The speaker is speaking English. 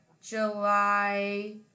july